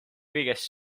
kõiges